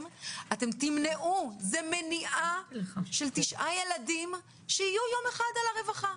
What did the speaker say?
אתם תמנעו תשעה ילדים שיהיו יום אחד על הרווחה.